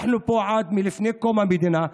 אנחנו פה עוד מלפני קום המדינה,